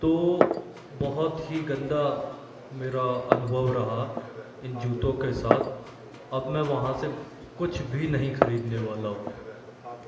तो बहुत ही गंदा मेरा अनुभव रहा इन जूतों के साथ अब मैं वहाँ से कुछ भी नहीं ख़रीदने वाला हूँ